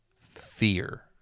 fear